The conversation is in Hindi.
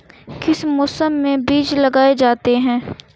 किस मौसम में बीज लगाए जाते हैं?